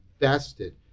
invested